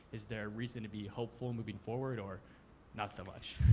is there reason to be hopeful moving forward or not so much?